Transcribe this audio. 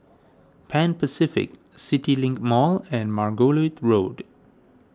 Pan Pacific CityLink Mall and Margoliouth Road